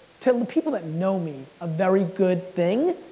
to the people that know me, a very good thing,